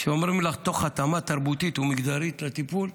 כשאומרים לך "תוך התאמה תרבותית ומגדרית לטיפול",